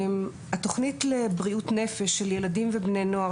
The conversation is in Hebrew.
התוכנית לבריאות נפש של ילדים ובני נוער,